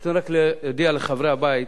אני רוצה רק להודיע לחברי הבית,